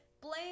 blame